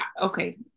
okay